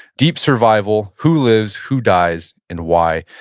deep survival who lives, who dies and why.